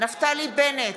נפתלי בנט,